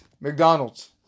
McDonald's